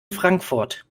frankfurt